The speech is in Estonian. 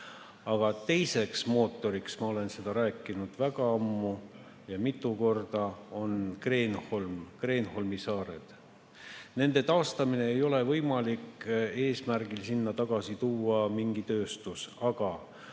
Aga teiseks mootoriks, ma olen seda rääkinud väga ammu ja mitu korda, on Kreenholm, Kreenholmi saared. Nende taastamine ei ole võimalik eesmärgiga sinna tagasi tuua mingi tööstus, aga